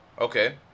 Okay